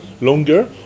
longer